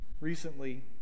Recently